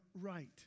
right